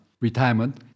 retirement